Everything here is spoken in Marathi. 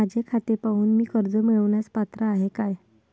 माझे खाते पाहून मी कर्ज मिळवण्यास पात्र आहे काय?